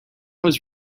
was